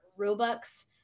Robux